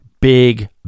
Big